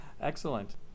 excellent